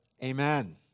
Amen